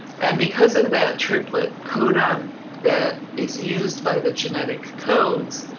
and because of that triplet codon that is used by the genetic codes,